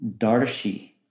Darshi